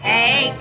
Hey